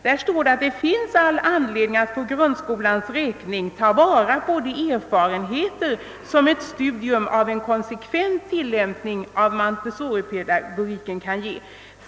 I utlåtandet heter det: »Det finns all anledning att för grundskolans räkning ta vara på de erfarenheter, som ett studium av en konsekvent tillämpning av montessoripedagogiken kan ge.